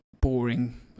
boring